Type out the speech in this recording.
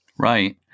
Right